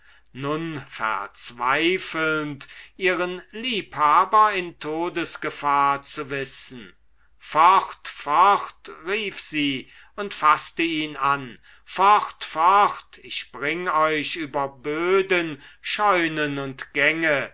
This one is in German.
nun verzweifelnd ihren liebhaber in todesgefahr zu wissen fort fort rief sie und faßte ihn an fort fort ich bring euch über böden scheunen und gänge